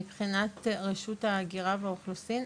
מבחינת רשות ההגירה והאוכלוסין,